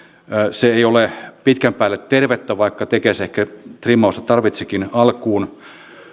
se ei ole pitkän päälle tervettä vaikka tekes ehkä trimmausta tarvitsikin alkuun